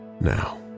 Now